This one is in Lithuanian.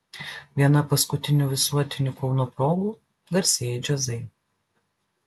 viena paskutinių visuotinių kauno progų garsieji džiazai